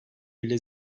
bile